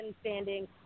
standing